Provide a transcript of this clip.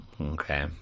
okay